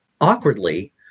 awkwardly